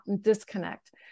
disconnect